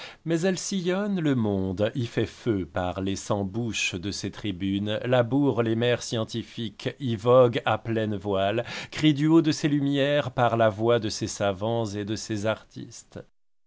mais elle sillonne le monde y fait feu par les cent bouches de ses tribunes laboure les mers scientifiques y vogue à pleines voiles crie du haut de ses huniers par la voix de ses savants et de ses artistes